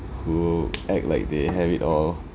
who act like they have it all